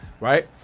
right